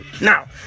Now